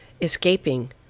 escaping